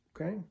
Okay